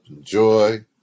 joy